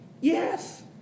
Yes